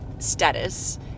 Status